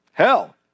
Hell